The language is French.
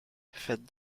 faites